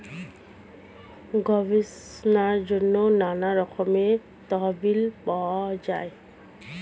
গবেষণার জন্য নানা রকমের তহবিল পাওয়া যায়